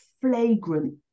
flagrant